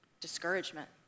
discouragement